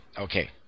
Okay